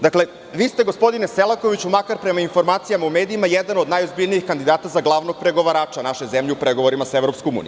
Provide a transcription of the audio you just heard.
Dakle, vi ste gospodine Selakoviću, makar prema informacijama u medijima jedan od najozbiljnih kandidata za glavnog pregovarača, naše zemlje u pregovorima sa EU.